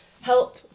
help